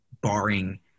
Barring